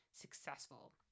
successful